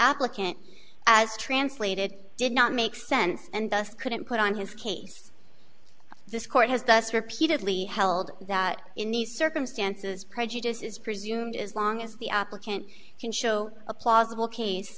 applicant as translated did not make sense and thus couldn't put on his case this court has thus repeatedly held that in these circumstances prejudice is presumed as long as the applicant can show a plausible ca